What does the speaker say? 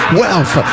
wealth